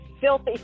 filthy